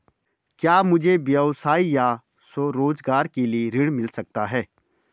क्या मुझे व्यवसाय या स्वरोज़गार के लिए ऋण मिल सकता है?